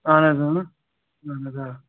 اَہَن حظ اۭں اَہَن حظ آ